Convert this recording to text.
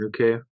Okay